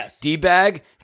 D-bag